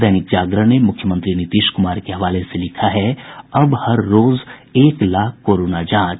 दैनिक जागरण ने मुख्यमंत्री नीतीश कुमार के हवाले से लिखा है अब हर रोज एक लाख कोरोना जांच